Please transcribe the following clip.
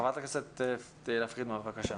חברת הכנסת תהלה פרידמן, בבקשה.